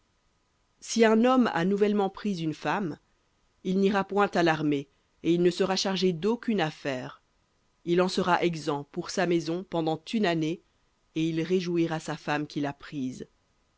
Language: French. si un homme a nouvellement pris une femme il n'ira point à l'armée et il ne sera chargé d'aucune affaire il en sera exempt pour sa maison pendant une année et il réjouira sa femme qu'il a prise